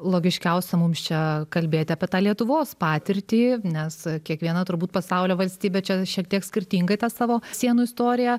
logiškiausia mums čia kalbėti apie tą lietuvos patirtį nes kiekviena turbūt pasaulio valstybė čia šiek tiek skirtingai tą savo sienų istoriją